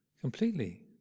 completely